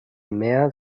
meer